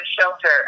shelter